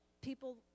people